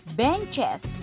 benches